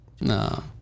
No